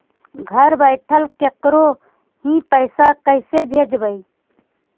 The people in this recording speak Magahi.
घर बैठल केकरो ही पैसा कैसे भेजबइ?